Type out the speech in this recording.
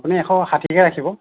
আপুনি এশ ষাঠিকে ৰাখিব